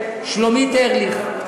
עורכת-דין שלומית ארליך,